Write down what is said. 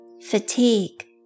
fatigue